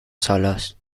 solos